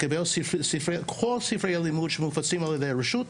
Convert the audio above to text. לקבל את כל ספרי הלימוד שמופצים על ידי הרשות,